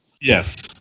Yes